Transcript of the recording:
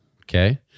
Okay